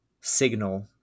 signal